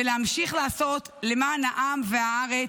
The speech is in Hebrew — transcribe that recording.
ולהמשיך לעשות למען העם והארץ,